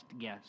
guess